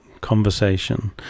conversation